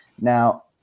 Now